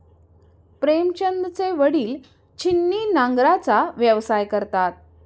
प्रेमचंदचे वडील छिन्नी नांगराचा व्यवसाय करतात